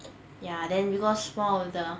ya then because one of the